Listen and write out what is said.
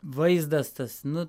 vaizdas tas nu